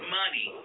money